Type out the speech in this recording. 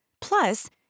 Plus